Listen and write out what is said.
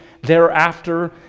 thereafter